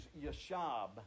yashab